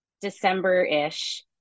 December-ish